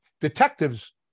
Detectives